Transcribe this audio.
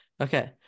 Okay